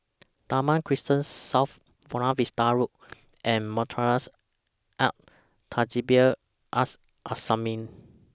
Damai Crescent South Buona Vista Road and Madrasah Al Tahzibiah Al Islamiah